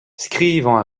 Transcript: skrivañ